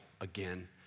again